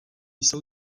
jsou